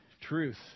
truth